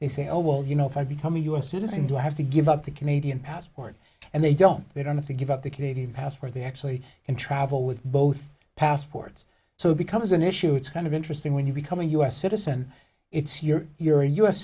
they say oh well you know if i become a u s citizen do i have to give up the canadian passport and they don't they don't have to give up the canadian passport they actually can travel with both passports so it becomes an issue it's kind of interesting when you become a u s citizen it's your you're a u